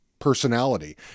personality